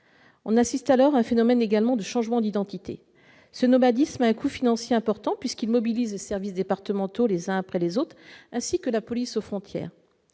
On assiste alors également à un phénomène de changement d'identité. Ce nomadisme a un coût financier important, puisqu'il mobilise les services départementaux les uns après les autres, ainsi que la police aux frontières.